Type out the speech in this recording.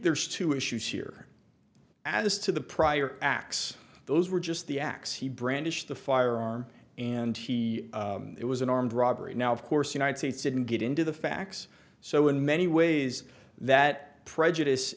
there's two issues here as to the prior acts those were just the acts he brandished the firearm and he it was an armed robbery now of course united states didn't get into the facts so in many ways that prejudice